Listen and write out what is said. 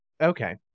Okay